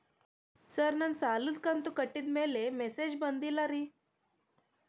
sir ನನ್ನ ಸಾಲದ ಕಂತು ಕಟ್ಟಿದಮೇಲೆ ಮೆಸೇಜ್ ಬಂದಿಲ್ಲ ರೇ